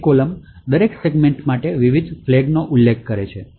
બીજી કોલમ દરેક સેગમેન્ટ માટે વિવિધ ફ્લેગોનો ઉલ્લેખ કરે છે